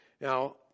Now